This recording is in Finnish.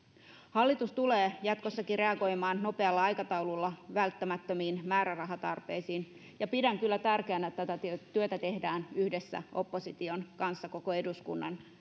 hallitus tulee jatkossakin reagoimaan nopealla aikataululla välttämättömiin määrärahatarpeisiin ja pidän kyllä tärkeänä että tätä työtä tehdään yhdessä opposition kanssa koko eduskunnan